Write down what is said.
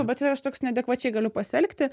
bet tai aš toks neadekvačiai galiu pasielgti